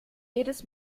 jedes